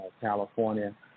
California